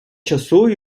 часу